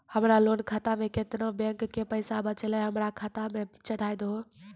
हमरा लोन खाता मे केतना बैंक के पैसा बचलै हमरा खाता मे चढ़ाय दिहो?